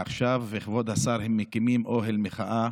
ועכשיו, כבוד השר, הם מקימים אוהל מחאה,